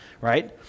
right